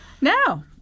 now